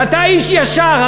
ואתה איש ישר,